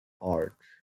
arch